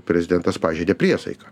prezidentas pažeidė priesaiką